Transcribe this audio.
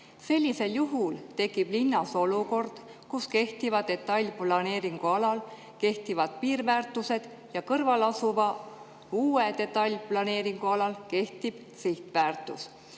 Sellisel juhul tekib linnas olukord, kus kehtiva detailplaneeringuga alal kehtib piirväärtus ja kõrvalasuval, uue detailplaneeringuga alal kehtib sihtväärtus.